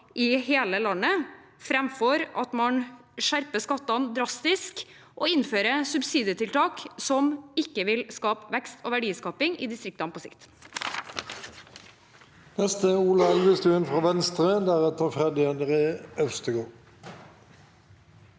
i hele landet, framfor at man skjerper skattene drastisk og innfører subsidietiltak som ikke vil skape vekst og verdier i distriktene på sikt.